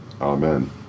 Amen